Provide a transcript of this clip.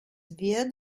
wird